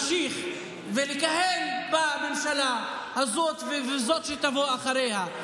כדי לאפשר לך להמשיך ולכהן בממשלה הזאת ובזאת שתבוא אחריה.